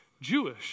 Jewish